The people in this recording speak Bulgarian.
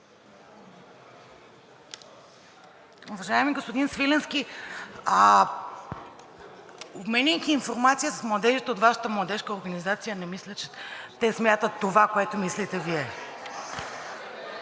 Уважаеми господин Свиленски, обменяйки информация с младежите от Вашата младежка организация, не мисля, че те смятам това, което мислите Вие.